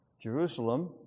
Jerusalem